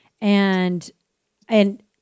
and—and